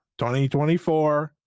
2024